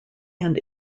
and